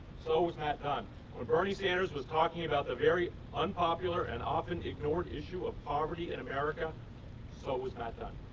so was matt dunne when bernie sanders was talking about the very unpopular and often ignored issue of poverty in america so was matt dunne.